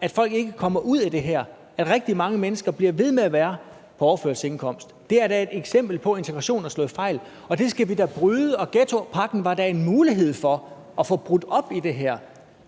at folk ikke kommer ud af det her, altså at rigtig mange mennesker bliver ved med at være på overførselsindkomst? Det er da et eksempel på, at integrationen har slået fejl, og det skal vi da bryde. Og ghettopakken var da en mulighed for at få brudt op i det her,